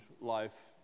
life